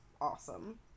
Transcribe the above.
awesome